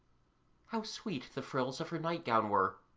how sweet the frills of her nightgown were!